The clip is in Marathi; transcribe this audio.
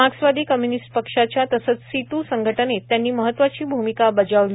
मार्क्सवादी कम्युनिस्ट पक्षाच्या तसंच सिटू संघटनेत त्यांनी महत्वाची भूमिका बजावली